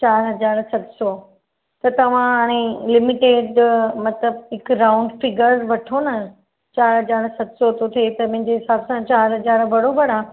चारि हज़ार सत सौ त तव्हां हाणे लिमिटेड मतिलबु हिकु राउंड फिगर वठो न चारि हज़ार सत सौ थो थिए त मुंहिंजे हिसाबु सां चारि हज़ार बराबरि आहे